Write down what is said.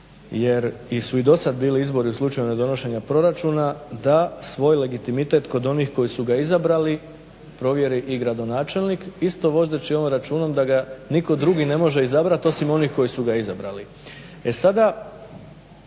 jer su i do sada bili izbori u slučaju ne donošenja proračuna da svoj legitimitet kod onih koji su ga izabrali provjeri i gradonačelnik isto vodeći onom računom da ga nitko drugi ne može izabrati osim onih koji su ga izabrali.